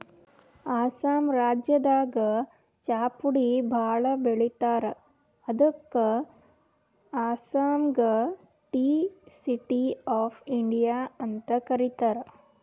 ಅಸ್ಸಾಂ ರಾಜ್ಯದಾಗ್ ಚಾಪುಡಿ ಭಾಳ್ ಬೆಳಿತಾರ್ ಅದಕ್ಕ್ ಅಸ್ಸಾಂಗ್ ಟೀ ಸಿಟಿ ಆಫ್ ಇಂಡಿಯಾ ಅಂತ್ ಕರಿತಾರ್